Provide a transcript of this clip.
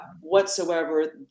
whatsoever